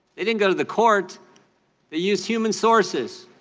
they didn't go to the court they used human sources.